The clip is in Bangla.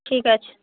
ঠিক আছে